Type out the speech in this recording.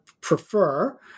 prefer